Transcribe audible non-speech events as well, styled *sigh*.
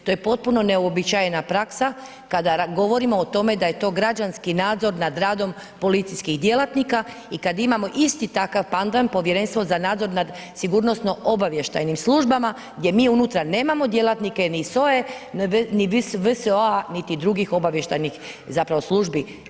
To je potpuno neuobičajena praksa, kada govorimo o tome, da je to građanski nadzor nad radom policijskih djelatnika i kada imamo isti takav … *unintelligible* povjerenstvo za nadzor nad sigurnosnom obavještajnim službama, gdje mi unutra nemamo djelatnike ni SOA-e, ni VSO-a niti drugih obavještajnih zapravo službi.